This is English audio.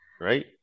Right